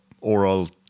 oral